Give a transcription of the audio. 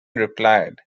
replied